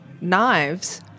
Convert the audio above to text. knives